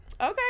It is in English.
Okay